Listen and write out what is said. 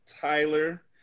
Tyler